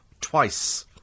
twice